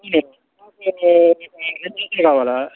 నాకు ఒక రెండు జతలు కావాలి